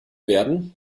werden